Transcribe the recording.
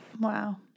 Wow